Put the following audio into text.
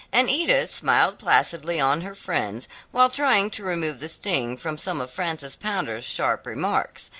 and edith smiled placidly on her friends while trying to remove the sting from some of frances pounder's sharp remarks,